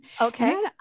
Okay